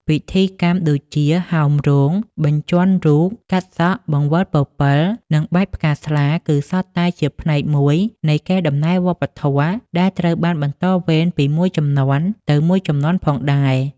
ពិធីកម្មដូចជា ហោមរោង បញ្ចាន់រូប កាត់សក់ បង្វិលពពិល និងបាចផ្កាស្លា គឺសុទ្ធតែជាផ្នែកមួយនៃកេរដំណែលវប្បធម៌ ដែលត្រូវបានបន្តវេនពីមួយជំនាន់ទៅមួយជំនាន់ផងដែរ ។